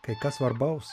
kai kas svarbaus